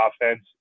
offense